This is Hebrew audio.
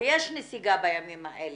ויש נסיגה בימים האלה.